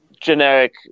generic